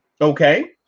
Okay